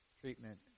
treatment